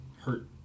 hurt